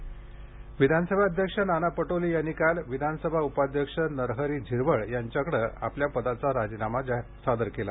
नाना पटोले राजीनामा विधानसभा अध्यक्ष नाना पटोले यांनी काल विधानसभा उपाध्यक्ष नरहरी झिरवळ यांच्याकडे आपला अध्यक्ष पदाचा राजीनामा सादर केला